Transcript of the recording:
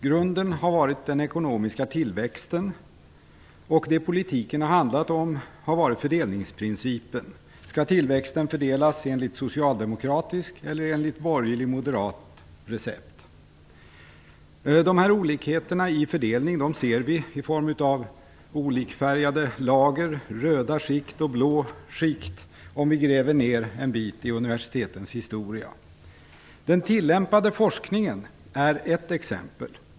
Grunden har varit den ekonomiska tillväxten, och det politiken har handlat om har varit fördelningsprincipen: Skall tillväxten fördelas enligt socialdemokratiskt eller enligt borgerligt-moderat recept? Dessa olikheter i fördelning ser vi i form av olikfärgade lager - röda och blå skikt - om vi gräver oss en bit ned i universitetens historia. Den tillämpade forskningen är ett exempel.